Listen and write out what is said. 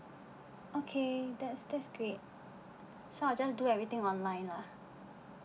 okay that's that's great so I just do everything online lah